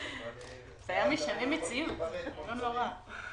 וניפרד כמו שצריך.